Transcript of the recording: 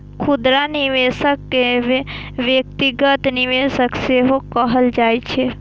खुदरा निवेशक कें व्यक्तिगत निवेशक सेहो कहल जाइ छै